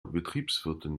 betriebswirtin